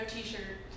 t-shirt